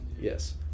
yes